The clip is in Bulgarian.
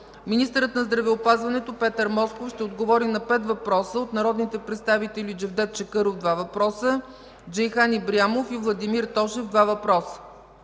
Министърът на здравеопазването Петър Москов ще отговори на пет въпроса от народните представители Джевдет Чакъров – два въпроса, Джейхан Ибрямов и Владимир Тошев – два въпроса.